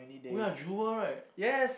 oh ya jewel right